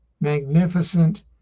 magnificent